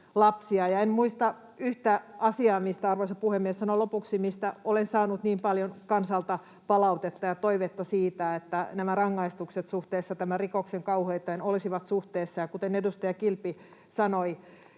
En muista yhtä asiaa, mistä — arvoisa puhemies, sanon lopuksi — olen saanut niin paljon kansalta palautetta ja toivetta siitä, että nämä rangaistukset olisivat suhteessa tämän rikoksen kauheuteen. Kuten edustaja Kilpi sanoi,